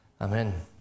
Amen